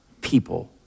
people